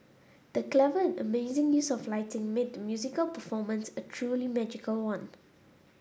the clever and amazing use of lighting made the musical performance a truly magical one